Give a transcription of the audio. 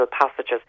passages